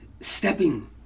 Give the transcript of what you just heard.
stepping